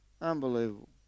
Unbelievable